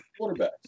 quarterbacks